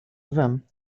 lwem